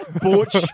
Butch